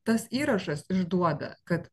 tas įrašas išduoda kad